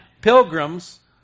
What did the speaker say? Pilgrims